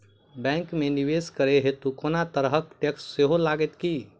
Bank मे निवेश करै हेतु कोनो तरहक टैक्स सेहो लागत की?